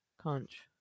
Conch